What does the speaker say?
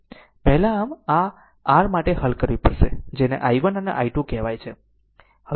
પહેલા આમ આ r માટે હલ કરવી પડશે કે જેને i1 અને i2 કહેવાય છે